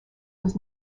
was